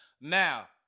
Now